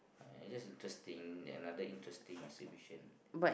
I just interesting than other interesting exhibition